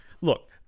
look